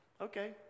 okay